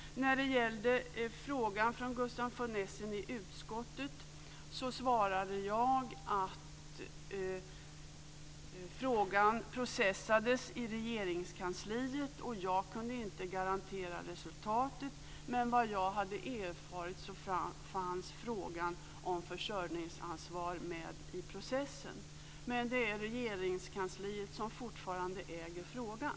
När det gällde frågan från Gustaf von Essen i utskottet svarade jag att frågan processades i Regeringskansliet, och jag kunde inte garantera resultatet, men vad jag hade erfarit fanns frågan om försörjningsansvar med i processen. Det är Regeringskansliet som fortfarande äger frågan.